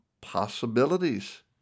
possibilities